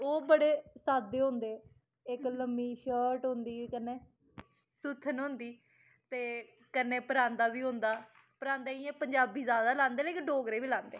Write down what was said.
ओह् बड़े सादे होंदे इक लम्मीं शर्ट होंदी कन्नै सुत्थन होंदी ते कन्नै परांदा बी होंदा परांदा इ'यां पंजाबी ज्यादा लांदे लेकिन डोगरे बी लांदे